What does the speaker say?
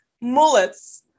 mullets